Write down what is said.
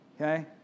Okay